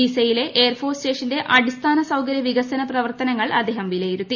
ദീസയിലെ air force സ്റ്റേഷന്റെ അടിസ്ഥാന സൌകര്യവികസന പ്രവർത്തനങ്ങൾ അദ്ദേഹം വിലയിരുത്തി